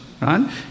right